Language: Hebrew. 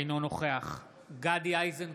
אינו נוכח גדי איזנקוט,